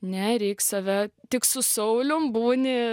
ne reik save tik su saulium būni